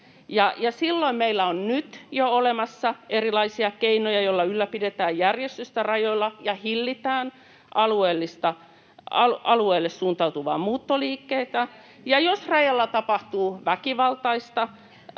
silloin meillä on nyt jo olemassa erilaisia keinoja, joilla ylläpidetään järjestystä rajoilla ja hillitään alueille suuntautuvaa muuttoliikettä. [Perussuomalaisten